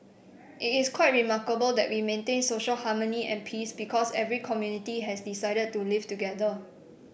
it is quite remarkable that we maintain social harmony and peace because every community has decided to live together